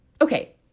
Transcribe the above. Okay